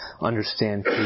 understand